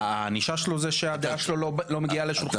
הענישה שלו זה שהדעה שלו לא מגיעה לשולחן קבלת החלטות.